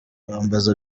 bambaza